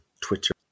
Twitter